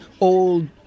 old